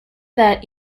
that